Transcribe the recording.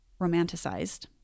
romanticized